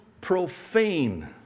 profane